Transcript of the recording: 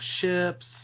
ships